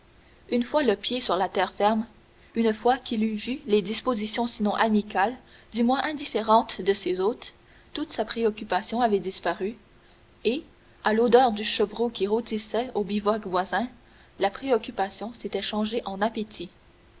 une fois le pied sur la terre ferme une fois qu'il eut vu les dispositions sinon amicales du moins indifférentes de ses hôtes toute sa préoccupation avait disparu et à l'odeur du chevreau qui rôtissait au bivouac voisin la préoccupation s'était changée en appétit